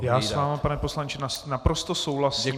Já s vámi, pane poslanče, naprosto souhlasím.